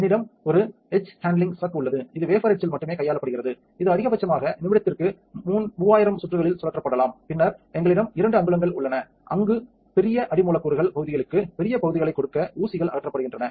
எங்களிடம் ஒரு etch handling chuck உள்ளது இது வேபர் எட்சில் மட்டுமே கையாளப்படுகிறது இது அதிகபட்சமாக நிமிடத்திற்கு 3000 சுற்றுகளில் சுழற்றப்படலாம் பின்னர் எங்களிடம் இரண்டு அங்குலங்கள் உள்ளன அங்கு பெரிய அடி மூலக்கூறுகள் பகுதிகளுக்கு பெரிய பகுதிகளைக் கொடுக்க ஊசிகள் அகற்றப்படுகின்றன